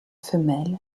femelle